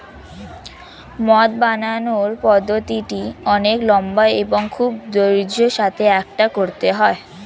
মদ বানানোর পদ্ধতিটি অনেক লম্বা এবং খুব ধৈর্য্যের সাথে এটা করতে হয়